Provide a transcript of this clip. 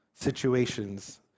situations